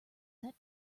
set